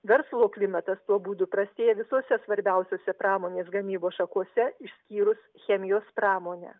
verslo klimatas tuo būdu prastėja visose svarbiausiose pramonės gamybos šakose išskyrus chemijos pramonę